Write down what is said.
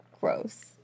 Gross